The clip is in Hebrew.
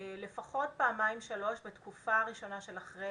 לפחות פעמיים שלוש בתקופה הראשונית של אחרי